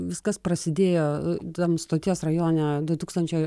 viskas prasidėjo tam stoties rajone du tūkstančiai